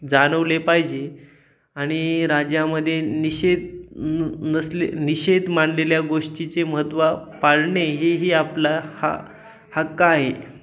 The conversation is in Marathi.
जाणवले पाहिजे आणि राज्यामध्ये निषेध न नसले निषेध मानलेल्या गोष्टीचे महत्त्व पाळणे हे ही आपला हा हक्का आहे